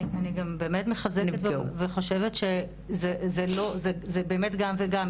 אני גם באמת מחזקת וחושבת שזה באמת גם וגם,